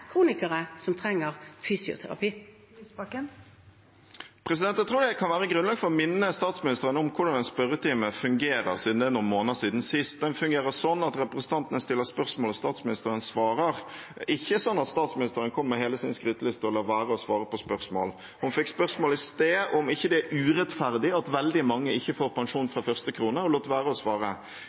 kronikere som trenger fysioterapi. Jeg tror det kan være grunnlag for å minne statsministeren om hvordan en spørretime fungerer, siden det er noen måneder siden sist. Den fungerer sånn at representantene stiller spørsmål og statsministeren svarer. Det er ikke sånn at statsministeren kommer med hele sin skryteliste og lar være å svare på spørsmål. Hun fikk spørsmål i sted om det ikke er urettferdig at veldig mange ikke får pensjon fra første krone, og lot være å svare.